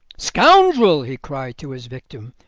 scoundrel, he cried to his victim,